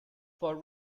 for